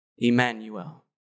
Emmanuel